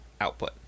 output